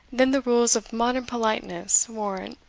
than the rules of modern politeness warrant.